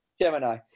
Gemini